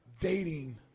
Dating